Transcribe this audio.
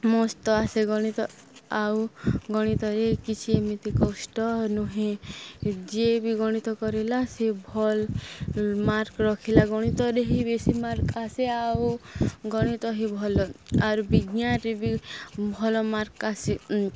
ମସ୍ତ ଆସେ ଗଣିତ ଆଉ ଗଣିତରେ କିଛି ଏମିତି କଷ୍ଟ ନୁହେଁ ଯିଏ ବି ଗଣିତ କରିଲା ସେ ଭଲ୍ ମାର୍କ ରଖିଲା ଗଣିତରେ ହିଁ ବେଶୀ ମାର୍କ ଆସେ ଆଉ ଗଣିତ ହିଁ ଭଲ ଆରୁ ବିଜ୍ଞାନରେ ବି ଭଲ ମାର୍କ ଆସେ